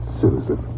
Susan